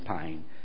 pain